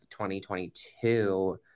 2022